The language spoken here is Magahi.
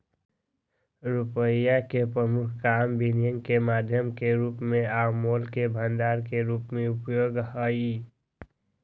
रुपइया के प्रमुख काम विनिमय के माध्यम के रूप में आ मोल के भंडार के रूप में उपयोग हइ